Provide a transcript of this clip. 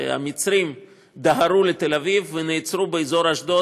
שהמצרים דהרו לתל אביב ונעצרו באזור אשדוד